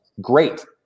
Great